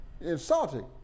insulting